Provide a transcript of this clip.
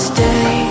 Stay